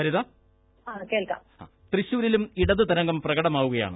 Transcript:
ഭരിത തൃശൂരിലും ഇടത് തരംഗം പ്രകടമാകുകയാണ്